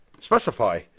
Specify